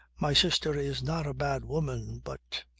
my sister is not a bad woman, but.